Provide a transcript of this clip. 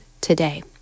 today